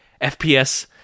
FPS